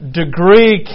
degree